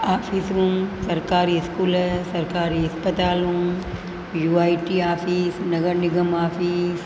ऑफिसूं सरकारी स्कूल सरकारी अस्पतालूं यू आई टी ऑफिस नगर निगम ऑफिस